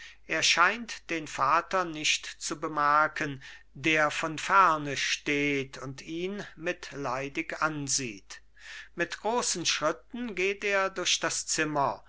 er scheint den vater nicht zu bemerken der von ferne steht und ihn mitleidig ansieht mit großen schritten geht er durch das zimmer